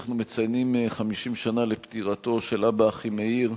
אנחנו מציינים 50 שנה לפטירתו של אב"א אחימאיר,